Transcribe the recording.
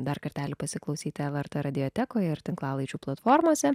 dar kartelį pasiklausyti lrt radiotekoje ir tinklalaidžių platformose